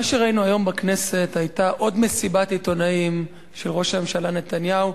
מה שראינו היום בכנסת היה עוד מסיבת עיתונאים של ראש הממשלה נתניהו,